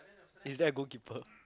is that a goalkeeper